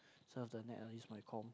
some of the night I use my com